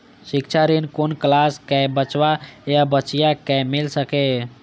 शिक्षा ऋण कुन क्लास कै बचवा या बचिया कै मिल सके यै?